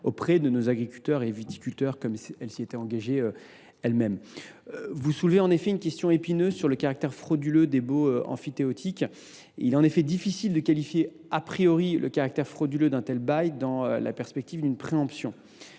auprès de nos agriculteurs et viticulteurs, comme elle s’y était d’ailleurs engagée. Vous soulevez une question épineuse sur le caractère frauduleux des baux emphytéotiques. Il est en effet difficile de qualifier le caractère frauduleux d’un tel bail dans la perspective d’une préemption.